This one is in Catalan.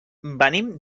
venim